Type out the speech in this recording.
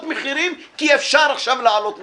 מחירים כי אפשר עכשיו להעלות מחירים.